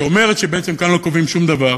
שאומרת שבעצם כאן לא קובעים שום דבר,